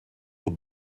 will